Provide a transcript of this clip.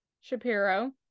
Shapiro